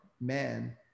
man